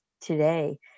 today